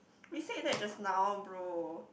we said that just now Bro